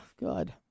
God